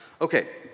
Okay